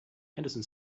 henderson